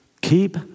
keep